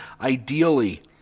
Ideally